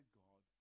god